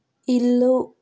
ఇల్లు